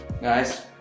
guys